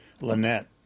Lynette